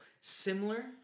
Similar